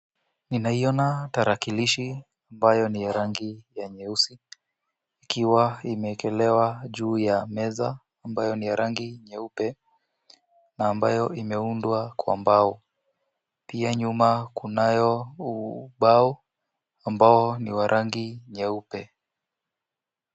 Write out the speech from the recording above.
Ninaiona tarakilishi ambayo ni ya rangi ya nyeusi, ikiwa imeekelewa juu ya meza, ambayo ni ya rangi nyeupe, na ambayo imeundwa kwa mbao. Pia nyuma kunayo ubao ambao ni wa rangi nyeupe.